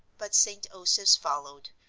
but st. osoph's followed.